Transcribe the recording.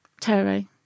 Terry